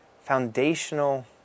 foundational